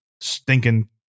stinking